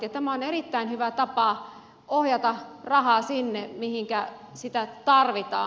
tämä on erittäin hyvä tapa ohjata rahaa sinne mihinkä sitä tarvitaan